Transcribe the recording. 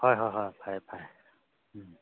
ꯍꯣꯏ ꯍꯣꯏ ꯍꯣꯏ ꯐꯔꯦ ꯐꯔꯦ ꯎꯝ